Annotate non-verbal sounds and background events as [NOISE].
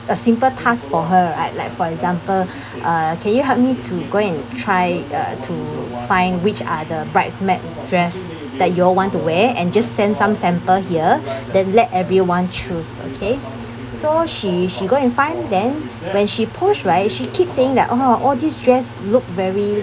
a simple task for her right like for example [BREATH] uh can you help me to go and try uh to find which are the bridesmaid dress that you all want to wear and just send some sample here then let everyone choose okay so she she go and find then when she post right she keep saying that oh all this dress look very